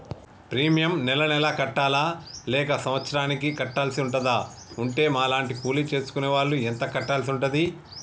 Premium నెల నెలకు కట్టాలా లేక సంవత్సరానికి కట్టాల్సి ఉంటదా? ఉంటే మా లాంటి కూలి చేసుకునే వాళ్లు ఎంత కట్టాల్సి ఉంటది?